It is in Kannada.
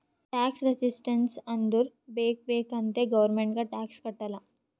ಟ್ಯಾಕ್ಸ್ ರೆಸಿಸ್ಟೆನ್ಸ್ ಅಂದುರ್ ಬೇಕ್ ಬೇಕ್ ಅಂತೆ ಗೌರ್ಮೆಂಟ್ಗ್ ಟ್ಯಾಕ್ಸ್ ಕಟ್ಟಲ್ಲ